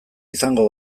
izango